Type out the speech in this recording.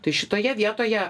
tai šitoje vietoje